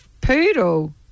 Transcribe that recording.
Poodle